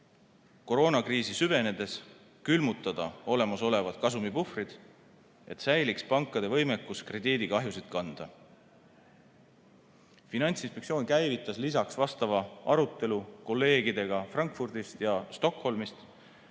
koroonakriisi süvenedes külmutada olemasolevad kasumipuhvrid, et säiliks pankade võimekus krediidikahjusid kanda. Finantsinspektsioon käivitas lisaks vastava arutelu kolleegidega Frankfurdist ja Stockholmist,